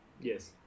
yes